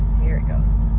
here it goes.